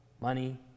money